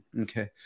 okay